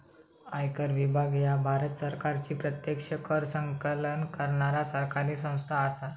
आयकर विभाग ह्या भारत सरकारची प्रत्यक्ष कर संकलन करणारा सरकारी संस्था असा